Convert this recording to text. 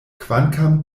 kvankam